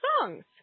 songs